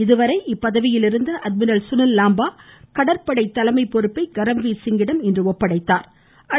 இதுவரை இப்பதவியிலிருந்த அட்மிரல் சுனில் லாம்பா கடற்படை தலைமை பொறுப்பை கரம்வீர் சிங்கிடம் ஒப்படைத்தார்